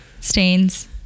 Stains